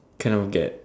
kind of get